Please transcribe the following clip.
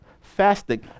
fasting